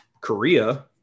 Korea